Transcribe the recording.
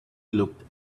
looked